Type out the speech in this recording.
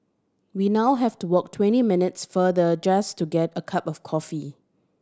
we now have to walk twenty minutes farther just to get a cup of coffee